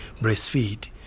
breastfeed